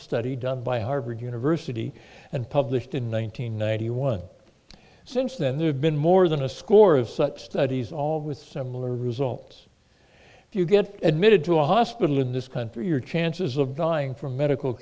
study done by harvard university and published in one nine hundred ninety one since then there have been more than a score of such studies all with similar results if you get admitted to a hospital in this country your chances of dying from medical